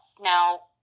Now